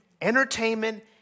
entertainment